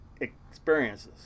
experiences